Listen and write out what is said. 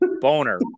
boner